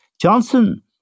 Johnson